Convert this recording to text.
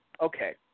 Okay